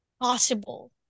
possible